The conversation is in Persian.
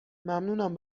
ممنونم